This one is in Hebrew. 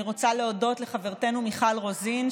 אני רוצה להודות לחברתנו מיכל רוזין,